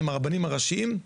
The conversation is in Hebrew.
עם הרבנים הראשיים,